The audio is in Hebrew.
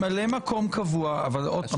אבל עוד פעם,